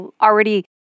already